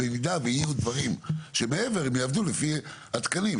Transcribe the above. כדי שבמידה ויהיו דברים מעבר הם יעבדו לפי התקנים,